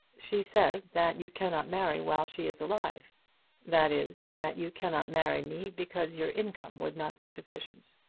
she says that you cannot marry while she is alive that is, that you cannot marry me because your income would not be sufficient.